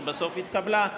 שבסוף התקבלה.